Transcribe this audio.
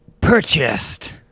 purchased